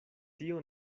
tio